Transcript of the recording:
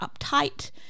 uptight